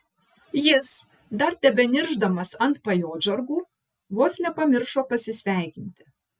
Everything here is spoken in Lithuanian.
jis dar tebeniršdamas ant pajodžargų vos nepamiršo pasisveikinti